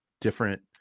different